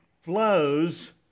flows